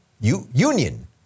Union